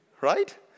right